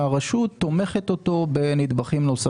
הרשות תומכת אותו בנדבכים נוספים,